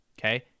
Okay